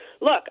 Look